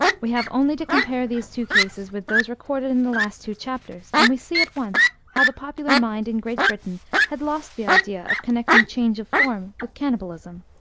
we have only to compare these two cases with those recorded in the last two chapters, and we see at once how the popular mind in great britain had lost the idea of connecting change of form with cannibalism,